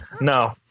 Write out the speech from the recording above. No